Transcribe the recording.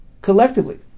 collectively